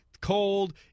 cold